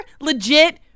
legit